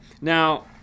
now